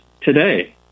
today